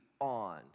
on